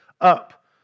up